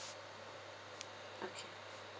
okay